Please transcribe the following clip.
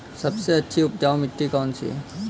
सबसे अच्छी उपजाऊ मिट्टी कौन सी है?